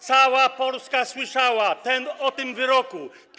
Cała Polska słyszała o tym wyroku.